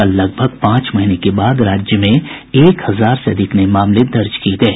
कल लगभग पांच महीने के बाद राज्य में एक हजार से अधिक नये मामले दर्ज किये गये